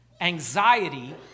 anxiety